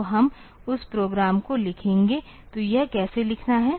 तो हम उस प्रोग्राम को लिखेंगे तो यह कैसे लिखना है